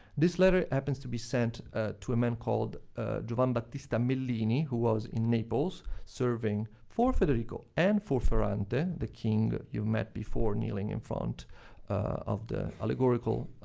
this letter happens to be sent to a man called giovanni battista mellini, who was in naples serving for federico and for ferrante, the king that you've met before kneeling in front of the allegorical